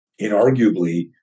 inarguably